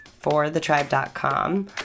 forthetribe.com